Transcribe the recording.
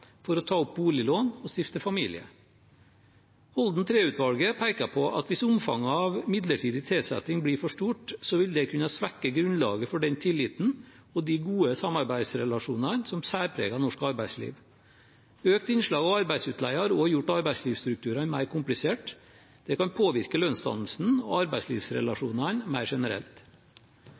for å ta opp boliglån og stifte familie. Holden III-utvalget peker på at hvis omfanget av midlertidig tilsetting blir for stort, vil det kunne svekke grunnlaget for den tilliten og de gode samarbeidsrelasjonene som særpreger norsk arbeidsliv. Økt innslag av arbeidsutleie har også gjort arbeidslivsstrukturene mer komplisert. Det kan påvirke lønnsdannelsen og arbeidslivsrelasjonene mer generelt.